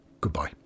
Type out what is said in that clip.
goodbye